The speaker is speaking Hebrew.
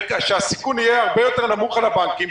שהסיכון יהיה הרבה יותר נמוך לבנקים,